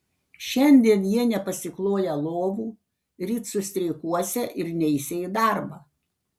šiandien jie nepasikloją lovų ryt sustreikuosią ir neisią į darbą